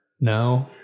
no